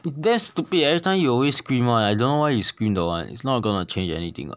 that's stupid eh everytime you always scream one I don't know why you scream don't want it's not going to change anything [what]